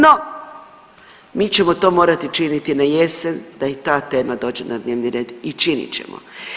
No, mi ćemo to morati činiti na jesen da i ta tema dođe na dnevni red i činit ćemo.